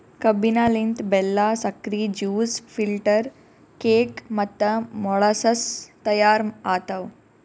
ಕಬ್ಬಿನ ಲಿಂತ್ ಬೆಲ್ಲಾ, ಸಕ್ರಿ, ಜ್ಯೂಸ್, ಫಿಲ್ಟರ್ ಕೇಕ್ ಮತ್ತ ಮೊಳಸಸ್ ತೈಯಾರ್ ಆತವ್